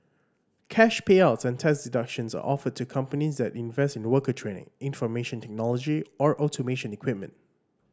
cash payouts and tax deductions are offered to companies that invest in worker training information technology or automation equipment